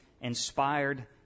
inspired